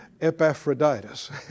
Epaphroditus